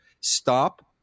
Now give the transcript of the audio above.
stop